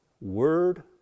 word